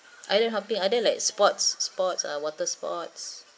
island hopping are there like sports sports ah water sports